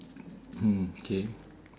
mm K